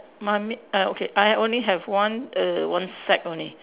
my me uh okay I only have one err one sack only